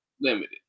limited